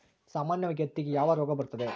ಸಾಮಾನ್ಯವಾಗಿ ಹತ್ತಿಗೆ ಯಾವ ರೋಗ ಬರುತ್ತದೆ?